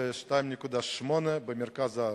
ו-2.8 במרכז הארץ.